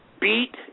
Beat